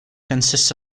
consists